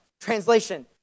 Translation